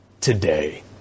today